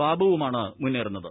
ബാബുവുമാണ് മുന്നേറൂന്ന്ത്